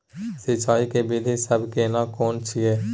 सिंचाई के विधी सब केना कोन छिये?